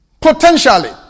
Potentially